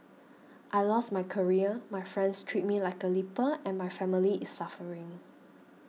I lost my career my friends treat me like a leper and my family is suffering